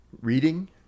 reading